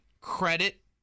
credit